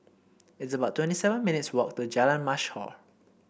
it's about twenty seven minutes' walk to Jalan Mashhor